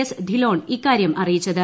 S Dhillon ഇക്കാര്യം അറിയിച്ചത്